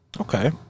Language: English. Okay